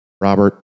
Robert